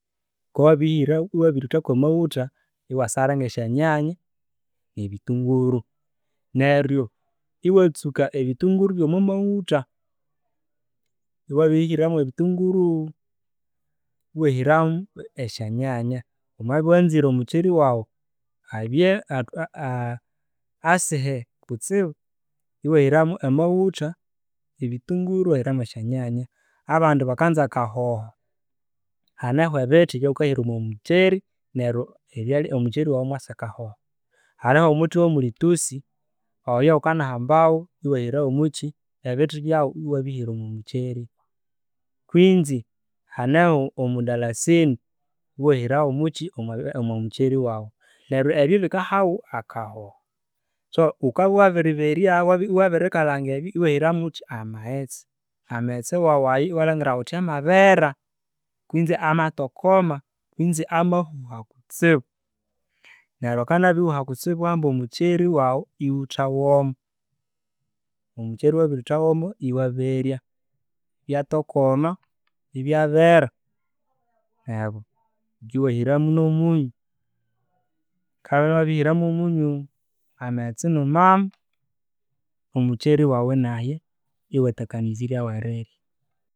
Ghukabya wa bwuruthya kwa maghutha, iwasaranga esy onyanya ne bithunguru neryo iwatsuka ebithunguru bwo mamaghutha. Wabirihira mw bithunguru, iwahiramo esya nyanya. Wamabya wanzire omucheri wagu ibye asihe kutsibu, iwahira mwo maghutha, ebithunguru iwahira mwo syo nyanya. Abandi bakanza akahoho, hane mwo ebithi ebyaghukahira omwa mucheri neryo ebyala omucheri waghu imwasa akahoho. Haneho omuthi owa mulitusi, oyo ghukahambawo iwa hirawo muchi ebithi byawo iwabihira omwa mucheri kwinzi haneho omudalasini iwahirawo oumuchi omwa mucheri waghu neryo. So ghukabya wabiririberya wabirikalangaebyo iwahira mwokyi, amaghetse. Amaghetse wawu ayo iwalangira ghuthi amabera kwisi amathokoma kwinzi amahuha kutsibu neryo akabya abirihuha kutsibu iwahamba omucheri waghu ighutha womwo. Omucheri wabirythawomo iwaberya, ibyathokoma ibyabera neryo iwahiramo no munyu. Ghukabya wabirihira mwo munyu, amaghetse inumamo, omucheri waghu inahya, iwathakaniziryagho erirya.